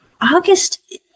august